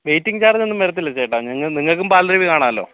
waiting charge ഒന്നും വരത്തില്ല ചേട്ടാ നിങ്ങൾക്കും പാലരുവി കാണാലോ